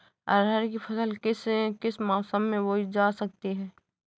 अरहर की फसल किस किस मौसम में बोई जा सकती है?